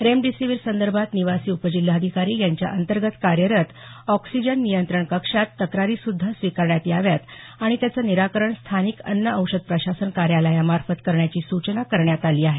remdesivir संदर्भात निवासी उपजिल्हाधिकारी यांच्या अंतर्गत कार्यरत ऑक्सिजन नियंत्रण कक्षात तक्रारी सुध्दा स्वीकारण्यात याव्यात आणि त्याचं निराकरण स्थानिक अन्न औषध प्रशासन कार्यालयामार्फत करण्याची सूचना करण्यात आली आहे